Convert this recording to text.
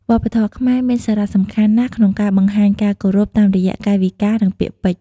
វប្បធម៌ខ្មែរមានសារៈសំខាន់ណាស់ក្នុងការបង្ហាញការគោរពតាមរយៈកាយវិការ និងពាក្យពេចន៍។